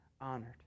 honored